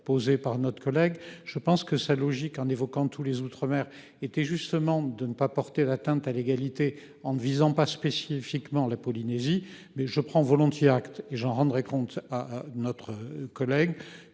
posée par notre collègue je pense que sa logique en évoquant tous les outre-mer était justement de ne pas porter atteinte à l'égalité en ne visant pas spécifiquement la Polynésie mais je prends volontiers acte et j'en rendrai compte à notre collègue